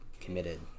committed